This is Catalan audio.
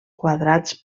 quadrats